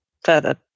further